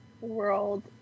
world